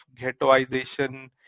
ghettoization